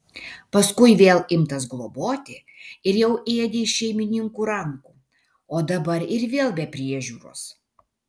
paskui vėl imtas globoti ir jau ėdė iš šeimininkų rankų o dabar ir vėl be priežiūros